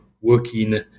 working